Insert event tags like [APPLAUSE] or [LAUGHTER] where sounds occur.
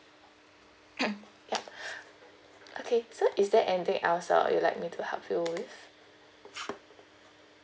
[NOISE] ya okay so is there anything else uh you'll like me to help you with